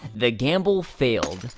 the gamble failed.